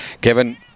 Kevin